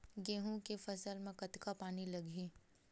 गेहूं के फसल म कतका पानी लगही?